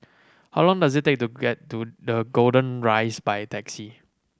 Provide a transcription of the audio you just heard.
how long does it take to get to the Golden Rise by taxi